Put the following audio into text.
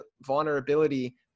vulnerability